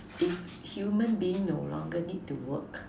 if human being no longer need to work